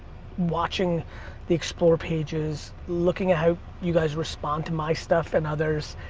watching the explore pages, looking at how you guys respond to my stuff and others.